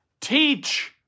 Teach